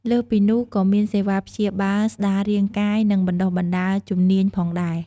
លើសពីនោះក៏មានសេវាព្យាបាលស្ដាររាងកាយ និង បណ្តុះបណ្ដាលជំនាញផងដែរ។